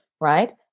right